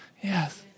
Yes